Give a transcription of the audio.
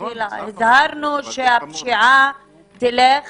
שהפשיעה תלך